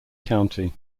county